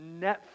Netflix